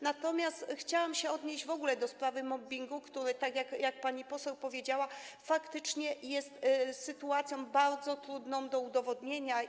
Natomiast chciałam się odnieść w ogóle do sprawy mobbingu, który - tak jak pani poseł powiedziała - faktycznie jest zarzutem bardzo trudnym do udowodnienia.